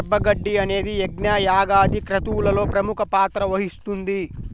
దర్భ గడ్డి అనేది యజ్ఞ, యాగాది క్రతువులలో ప్రముఖ పాత్ర వహిస్తుంది